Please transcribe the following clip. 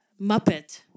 Muppet